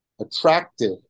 attractive